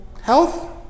Health